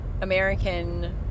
American